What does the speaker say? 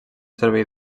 servei